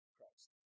Christ